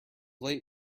late